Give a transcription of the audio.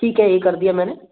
ठीक है यह कर दिया मैंने